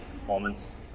performance